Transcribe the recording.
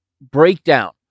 breakdown